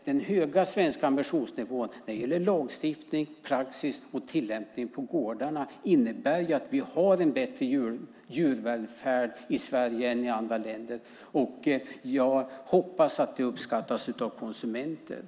Den höga svenska ambitionsnivån när det gäller lagstiftning, praxis och tillämpning på gårdarna innebär att vi har bättre djurvälfärd i Sverige än i andra länder. Jag hoppas att det uppskattas av konsumenterna.